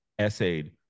essayed